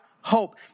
hope